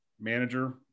manager